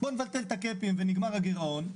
בואו נבטל את הקאפים ונגמר הגירעון,